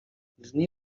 dni